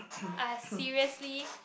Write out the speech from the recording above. are seriously